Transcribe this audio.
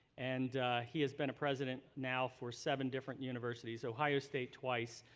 and he has been a president now for seven different universities, ohio state twice,